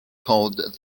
called